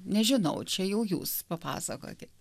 nežinau čia jau jūs papasakokit